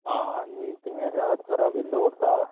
आं आनी तुमी अशे आडसरां बी दवरता